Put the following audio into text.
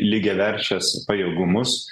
lygiaverčias pajėgumus